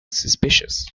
suspicious